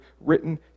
written